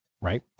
right